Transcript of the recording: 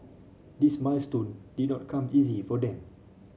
this milestone did not come easy for them